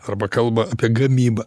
arba kalba apie gamybą